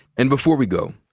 and before we go,